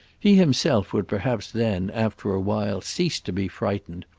he himself would perhaps then after a while cease to be frightened,